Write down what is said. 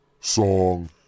Song